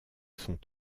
sont